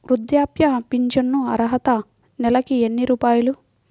వృద్ధాప్య ఫింఛను అర్హత నెలకి ఎన్ని రూపాయలు?